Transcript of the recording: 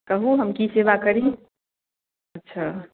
कहियौ हम की सेवा करी अच्छा